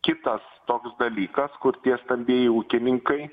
kitas toks dalykas kur tie stambieji ūkininkai